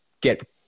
get